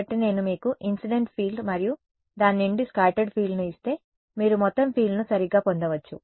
కాబట్టి నేను మీకు ఇన్సిడెంట్ ఫీల్డ్ మరియు దాని నుండి స్కాటర్డ్ ఫీల్డ్ను ఇస్తే మీరు మొత్తం ఫీల్డ్ను సరిగ్గా పొందవచ్చు